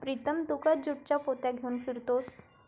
प्रीतम तू का ज्यूटच्या पोत्या घेऊन फिरतोयस